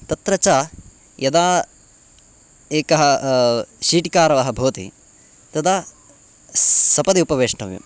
तत्र च यदा एकः शीटिकारवः भवति तदा सपदि उपवेष्टव्यम्